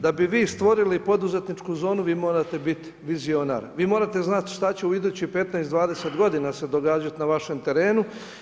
Da bi vi stvorili poduzetničku zonu vi morate biti vizionar, vi morate znati šta će u idućih 15, 20 godina se događati na vašem terenu.